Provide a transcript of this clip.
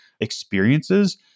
experiences